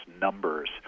numbers